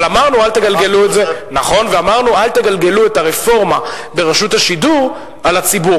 אבל אמרנו: אל תגלגלו את הרפורמה ברשות השידור על הציבור.